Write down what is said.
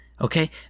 Okay